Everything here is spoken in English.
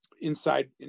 inside